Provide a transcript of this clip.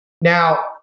Now